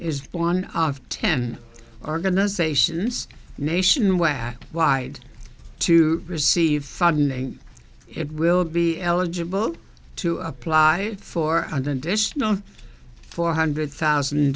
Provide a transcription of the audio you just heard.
is one of ten organizations nationwide wide to receive funding it will be eligible to apply for an additional four hundred thousand